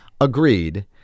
Agreed